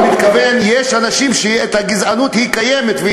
אני מתכוון לומר שיש אנשים שהגזענות קיימת אצלם,